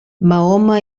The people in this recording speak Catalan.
mahoma